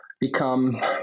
become